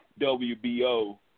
WBO